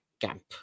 camp